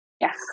Yes